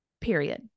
period